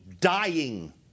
dying